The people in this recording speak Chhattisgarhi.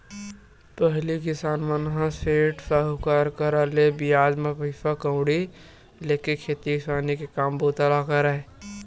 पहिली किसान मन ह सेठ, साहूकार करा ले बियाज म पइसा कउड़ी लेके खेती किसानी के काम बूता ल करय